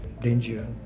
danger